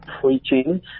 preaching